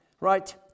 right